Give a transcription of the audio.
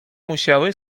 musiały